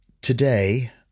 today